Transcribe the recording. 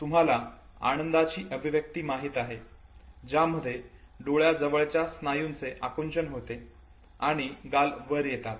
तुम्हाला आनंदाची अभिव्यक्ती माहित आहे ज्यामध्ये डोळ्याजवळच्या स्नायूंचे आकुंचन होते आणि गाल वर येतो